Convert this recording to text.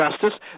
justice